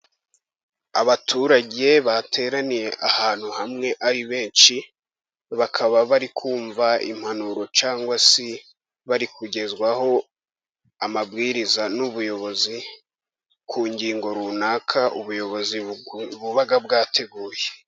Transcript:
Abaturage bateraniye ahantu hamwe ari benshi, bakaba bari kumva impanuro cyangwa se bari kugezwaho amabwiriza n'ubuyobozi ku ngingo runaka, ubuyobozi buba bwateguye.